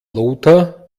lothar